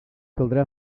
caldrà